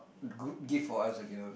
g~ give for us I can also